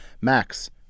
Max